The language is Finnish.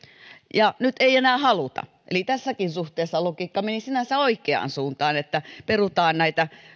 ja nyt ei enää haluta eli kun tässäkin suhteessa logiikka meni sinänsä oikeaan suuntaan että perutaan näitä